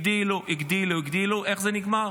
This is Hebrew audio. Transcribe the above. הגדילו, הגדילו, הגדילו, איך זה נגמר?